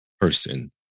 person